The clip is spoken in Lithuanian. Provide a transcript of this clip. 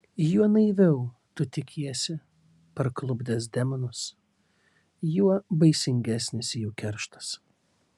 juo naiviau tu tikiesi parklupdęs demonus juo baisingesnis jų kerštas